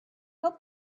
help